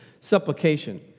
supplication